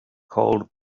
called